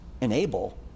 enable